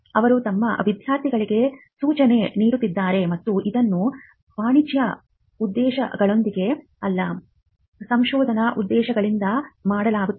ಅವರು ತಮ್ಮ ವಿದ್ಯಾರ್ಥಿಗಳಿಗೆ ಸೂಚನೆ ನೀಡುತ್ತಿದ್ದಾರೆ ಮತ್ತು ಇದನ್ನು ವಾಣಿಜ್ಯ ಉದ್ದೇಶಗಳೊಂದಿಗೆ ಅಲ್ಲ ಸಂಶೋಧನಾ ಉದ್ದೇಶಗಳಿಂದ ಮಾಡಲಾಗುತ್ತದೆ